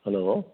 hello